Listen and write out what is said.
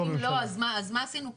כי אם לא, אז מה עשינו פה?